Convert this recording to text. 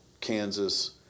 Kansas